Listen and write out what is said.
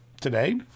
today